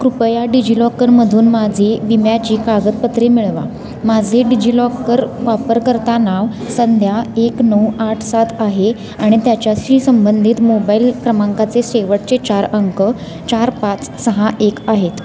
कृपया डिजिलॉकरमधून माझी विम्याची कागदपत्रे मिळवा माझे डिजिलॉकर वापरकर्ता नाव संध्या एक नऊ आठ सात आहे आणि त्याच्याशी संंबंधित मोबाइल क्रमांकाचे शेवटचे चार अंक चार पाच सहा एक आहेत